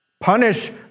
Punish